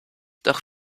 doch